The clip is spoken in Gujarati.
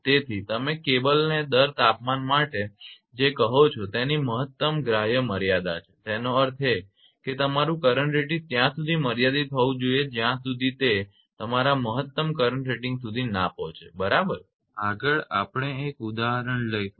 તેથી તમે કેબલ દર તાપમાન માટે તમે જે કહો છો તેની મહત્તમ ગ્રાહય મર્યાદા છે તેનો અર્થ એ કે તમારું કરંટ રેટિંગ્સ ત્યાં સુધી મર્યાદિત હોવું જોઈએ જ્યાં સુધી તે તમારા મહત્તમ કરંટ રેટિંગ સુધી ના પહોચે બરાબર આગળ આપણે એક ઉદાહરણ લઈશું